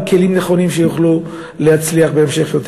כלים נכונים כדי שיוכלו להצליח יותר בהמשך.